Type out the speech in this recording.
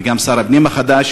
וגם שר הפנים החדש,